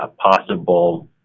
possible